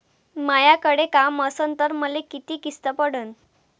मायाकडे काम असन तर मले किती किस्त पडन?